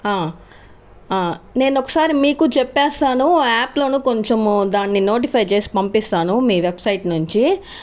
నేను ఒకసారి మీకు చెప్తాను ఆ యాప్లోను కొంచెము దాన్ని నోటిఫై చేసి పంపిస్తాను మీ వెబ్సైట్ నుంచి